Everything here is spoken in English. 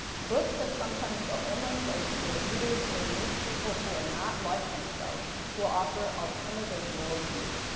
books are sometimes the only place where readers may meet people who are not like themselves, who offer alternative worldviews.